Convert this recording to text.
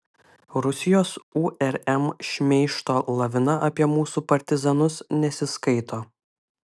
rusijos urm šmeižto lavina apie mūsų partizanus nesiskaito